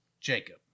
Jacob